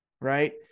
right